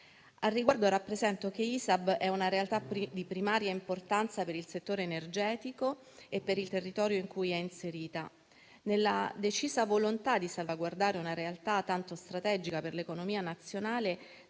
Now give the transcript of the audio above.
Al riguardo, rappresento che ISAB è una realtà di primaria importanza per il settore energetico e per il territorio in cui è inserita. Nella decisa volontà di salvaguardare una realtà tanto strategica per l'economia nazionale,